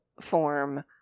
form